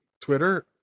Twitter